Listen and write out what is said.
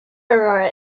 aurora